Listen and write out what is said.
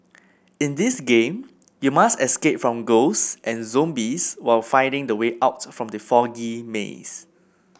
in this game you must escape from ghosts and zombies while finding the way out from the foggy maze